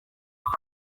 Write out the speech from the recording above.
kuri